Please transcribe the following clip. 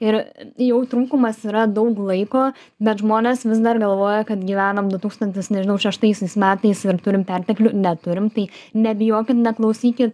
ir jau trūkumas yra daug laiko bet žmonės vis dar galvoja kad gyvenam du tūkstantis nežinau šeštaisiais metais ir turim perteklių neturim tai nebijokit neklausykit